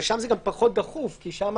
אבל שם זה גם פחות דחוף, כי שם